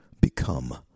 become